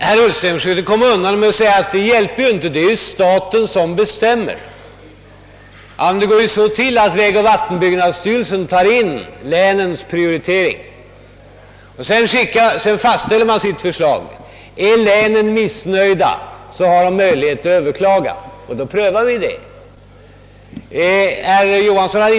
Herr Ullsten försöker komma undan med att säga: »Det hjälper inte; det är ju staten som bestämmer.» Det hela går så till att vägoch vattenbyggnadsstyrelsen tar del av länens prioritering och sedan fastställer sitt förslag. Är länen missnöjda, har de möjlighet att överklaga, och då prövar vi frågan igen.